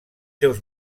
seus